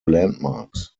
landmarks